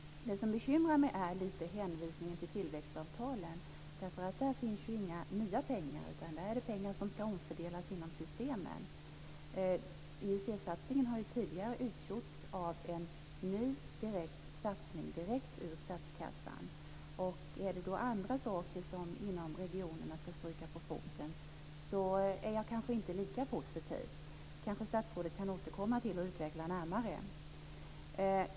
Det som bekymrar mig lite är hänvisningen till tillväxtavtalen. Där finns ju inga nya pengar, utan där är det pengar som skall omfördelas inom systemen. IUC-satsningen har tidigare utgjorts av en ny direkt satsning, direkt ur statskassan. Är det då andra saker inom regionerna som skall stryka på foten är jag kanske inte lika positiv. Det kanske statsrådet kan återkomma till och utveckla närmare.